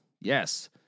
Yes